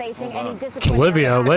Olivia